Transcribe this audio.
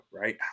right